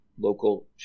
local